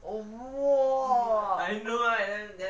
oh !wah!